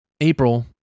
April